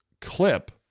clip